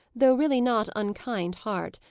though really not unkind heart,